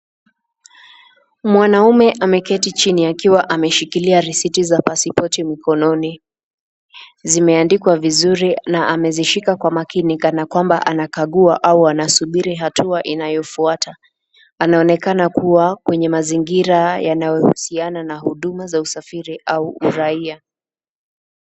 Mwanaume ameketi chini akiwa ameshikilia risiti za pasipoti mokononi, zimeandikwa vizuri na amezishika kwa makini kana kwamba anakagua au anasubiri hatua inayofuata. Anaonekana kuwa kwenye mazingira yayohusiana na huduma za usafiri au uraia.